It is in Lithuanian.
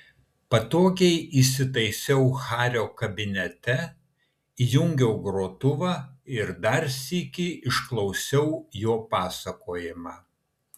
patogiai įsitaisiau hario kabinete įjungiau grotuvą ir dar sykį išklausiau jo pasakojimą